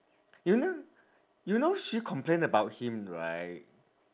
you know you know she complain about him right